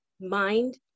mind